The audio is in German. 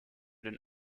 den